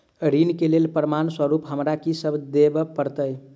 ऋण केँ लेल प्रमाण स्वरूप हमरा की सब देब पड़तय?